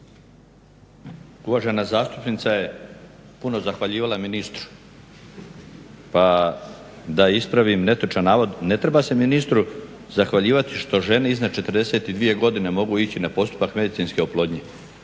Uvažena zastupnica je puno zahvaljivala ministru. Da ispravim netočan navod, ne treba se ministru zahvaljivati što žene iznad 42 godine mogu ići na postupak medicinske oplodnje.